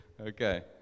okay